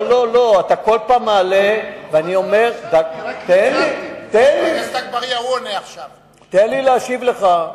לא, לא, אתה כל פעם מעלה את זה, תן לי להשיב לך.